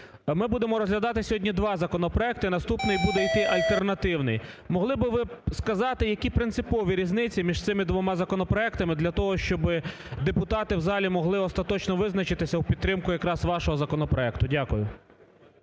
Ми будемо розглядати сьогодні два законопроекти, наступний буде йти альтернативний. Могли би ви сказати, які принципові різниці між цими двома законопроектами для того, щоби депутати в залі могли остаточно визначитися у підтримку якраз вашого законопроекту? Дякую.